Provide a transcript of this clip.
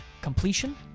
completion